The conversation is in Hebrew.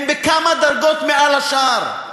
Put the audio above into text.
אתם בכמה דרגות מעל השאר.